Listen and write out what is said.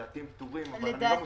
לדעתי הם פטורים אבל אני לא בטוח.